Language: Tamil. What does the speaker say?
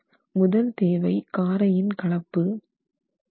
முதல் தேவை காரையின் கலப்பு அளவு